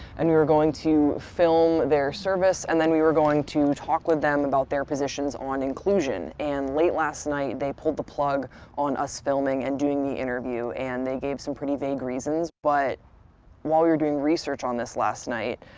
and we were going to film their service and then we were going to talk with them about their positions on inclusion. and late last night they pulled the plug on us filming and doing the interview, and they gave some pretty vague reasons. but while we were doing research on this last night,